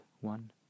one